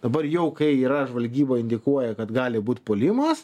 dabar jau kai yra žvalgyba indikuoja kad gali būt puolimas